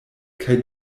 kaj